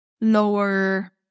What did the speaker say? lower